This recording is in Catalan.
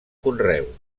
conreu